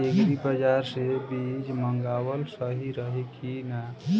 Agri बाज़ार से बीज मंगावल सही रही की ना?